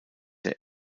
der